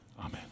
Amen